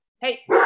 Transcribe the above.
hey